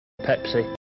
Pepsi